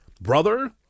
brother